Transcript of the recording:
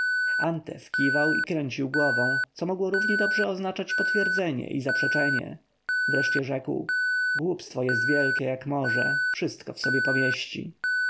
antef kiwał i kręcił głową co mogło równie dobrze oznaczać potwierdzenie i zaprzeczenie wreszcie rzekł głupstwo jest wielkie jak morze wszystko w sobie pomieści